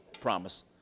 promise